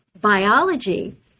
biology